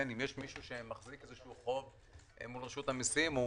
אם יש מישהו שמחזיק חוב מול רשות המיסים,